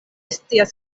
scias